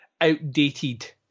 outdated